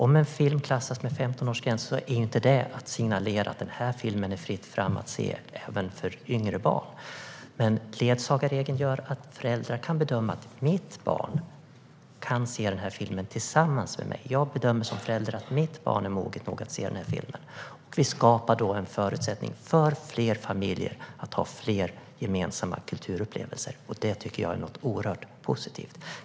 Om en film ges en femtonårsgräns signalerar inte detta att det är fritt fram att se filmen även för yngre barn. Ledsagarregeln gör det dock möjligt för föräldrar att bedöma att deras barn kan se filmen tillsammans med en förälder. Den låter föräldrar bedöma om deras barn är mogna nog att se filmen i fråga. Vi skapar då förutsättningar för fler familjer att få fler gemensamma kulturupplevelser, vilket jag tycker är något oerhört positivt.